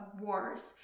wars